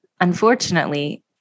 unfortunately